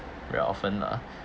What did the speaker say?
very often lah